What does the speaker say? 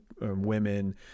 women